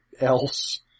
else